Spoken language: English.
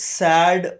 sad